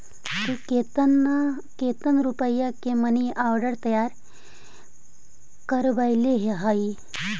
तु केतन रुपया के मनी आर्डर तैयार करवैले हहिं?